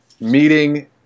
Meeting